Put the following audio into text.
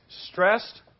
stressed